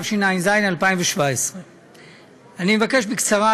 התשע"ז 2017. אני מבקש לומר בקצרה,